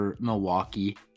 Milwaukee